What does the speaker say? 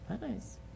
Nice